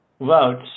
votes